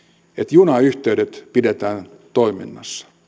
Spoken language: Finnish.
junayhteydet pidetään toiminnassa